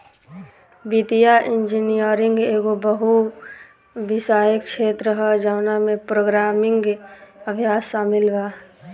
वित्तीय इंजीनियरिंग एगो बहु विषयक क्षेत्र ह जवना में प्रोग्रामिंग अभ्यास शामिल बा